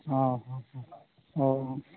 ᱦᱚᱸ ᱦᱚᱸ ᱦᱚᱸ